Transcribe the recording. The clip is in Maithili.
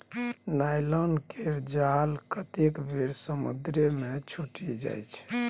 नायलॉन केर जाल कतेक बेर समुद्रे मे छुटि जाइ छै